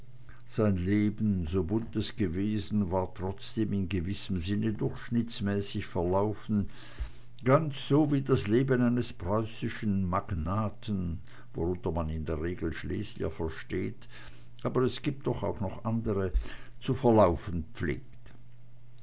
sein leben so bunt es gewesen war trotzdem in gewissem sinne durchschnittsmäßig verlaufen ganz so wie das leben eines preußischen magnaten worunter man in der regel schlesier versteht aber es gibt doch auch andre zu verlaufen pflegt